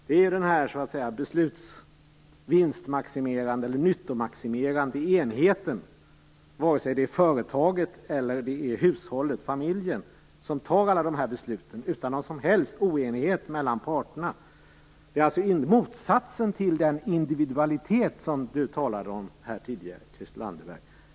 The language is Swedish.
Det som gäller är den vinst eller nyttomaximerande enheten, oavsett om det är företaget eller hushållet, familjen, som fattar alla dessa beslut utan någon som helst oenighet mellan parterna. Det är motsatsen till den individualitet Christel Anderberg talade om tidigare.